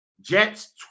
Jets